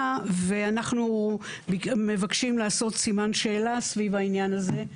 ואנחנו מבקשים לעשות סימן שאלה סביב העניין הזה.